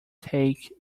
take